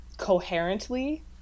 coherently